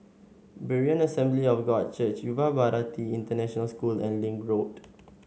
Berean Assembly of God Church Yuva Bharati International School and Link Road